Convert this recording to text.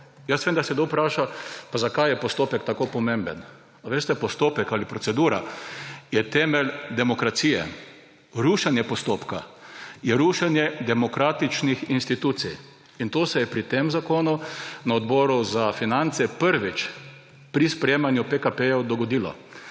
Jaz vem, da se kdo vpraša, pa zakaj je postopek tako pomemben. Veste, postopek ali procedura je temelj demokracije. Rušenje postopka je rušenje demokratičnih institucij. In to se je pri tem zakonu na Odboru za finance prvič pri sprejemanju PKP dogodilo.